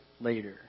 later